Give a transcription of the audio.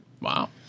Wow